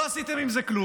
ולא עשיתם עם זה כלום.